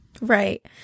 Right